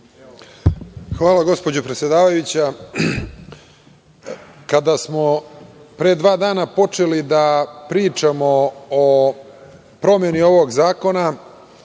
Hvala, gospođo predsedavajuća. Kada smo pre dva dana počeli da pričamo o promeni ovog zakona,